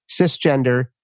cisgender